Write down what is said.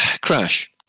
Crash